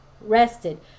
rested